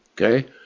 Okay